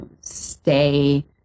stay